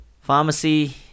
Pharmacy